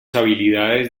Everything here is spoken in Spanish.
habilidades